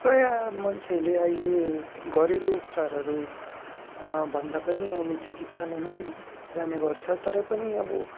प्रायः मान्छेहरूले अहिले घरेलु उपचारहरू भन्दा पनि अहिले चिकित्सालय नै जाने गर्छ तरै पनि अब